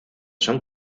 son